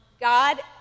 God